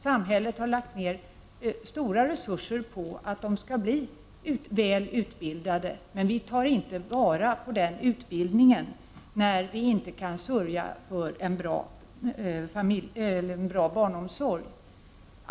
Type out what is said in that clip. Samhället har lagt ner stora resurser på att de skall bli väl utbildade, men vi tar inte vara på den utbildningen när vi inte kan sörja för en bra barnomsorg.